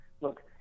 look